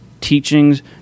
teachings